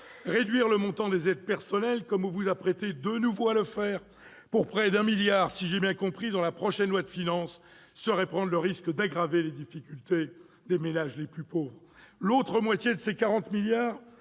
réduire le montant des aides personnelles, comme vous vous apprêtez à le faire de nouveau, pour près de 1 milliard d'euros, si j'ai bien compris, dans la prochaine loi de finances, serait prendre le risque d'aggraver les difficultés des ménages les plus pauvres. C'est vrai ! L'autre moitié de ces 40 milliards